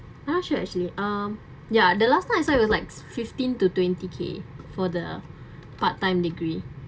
how should I say um ya the last time I saw it was like fifteen to twenty k for the part-time degree